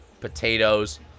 potatoes